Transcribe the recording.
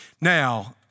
Now